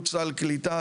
סל קליטה,